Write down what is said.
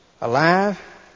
Alive